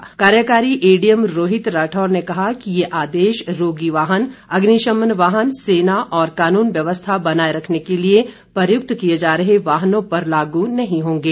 कार्यकारी कार्यकारी एडीएम रोहित राठौर ने कहा कि ये आदेश रोगी वाहन अग्निशमन वाहन सेना और कानून व्यवस्था बनाए रखने के लिए प्रयुक्त किए जा रहे वाहनों पर लागू नहीं होंगे